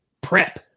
prep